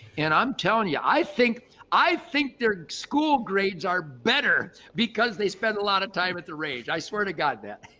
and i'm telling you, i think i think their school grades are better because they spend a lot of time at the range. i swear to god that.